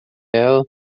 ela